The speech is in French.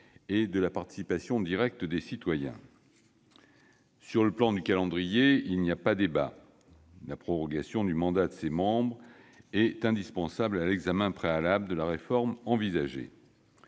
et de la participation directe des citoyens. Sur le plan du calendrier, il n'y a pas de débat, la prorogation du mandat de ses membres est indispensable à l'examen préalable de la réforme envisagée.